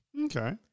Okay